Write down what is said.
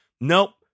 Nope